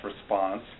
response